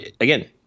again